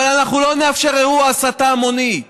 אבל אנחנו לא נאפשר אירוע הסתה המוני.